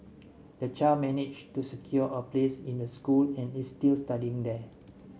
the child managed to secure a place in the school and is still studying there